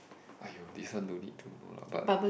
!aiyo! this one no need to no lah but